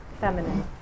feminine